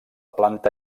planta